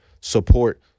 support